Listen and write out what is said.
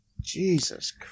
Jesus